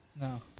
No